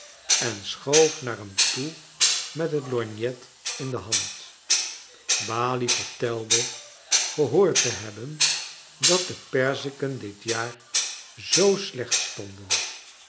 en schoof naar hem toe met het lorgnet in de hand balie vertelde gehoord te hebben dat de perziken dit jaar zoo slecht stonden